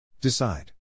decide